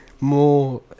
More